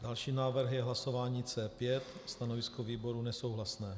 Další návrh je hlasování C5. Stanovisko výboru nesouhlasné.